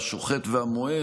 השוחט והמוהל.